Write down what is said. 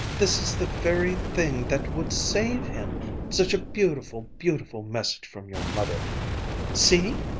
this is the very thing that would save him such a beautiful, beautiful message from your mother see!